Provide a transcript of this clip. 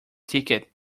ticket